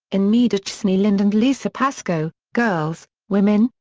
in meda chesney-lind and lisa pasko, girls, women,